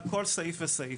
על כל סעיף וסעיף.